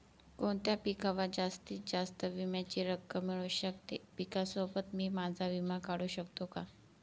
कोणत्या पिकावर जास्तीत जास्त विम्याची रक्कम मिळू शकते? पिकासोबत मी माझा विमा काढू शकतो का?